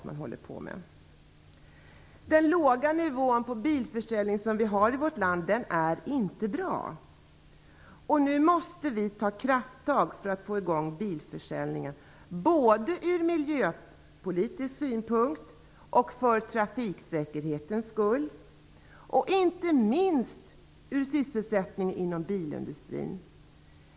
Den låga nivå på bilförsäljning som vi har i vårt land är inte bra, och nu måste vi ta krafttag för att få i gång bilförsäljningen - för miljön, för trafiksäkerheten och inte minst för sysselsättningen inom bilindustrin.